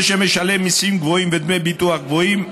זה שמשלם מיסים גבוהים ודמי ביטוח גבוהים,